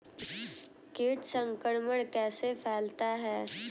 कीट संक्रमण कैसे फैलता है?